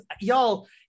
y'all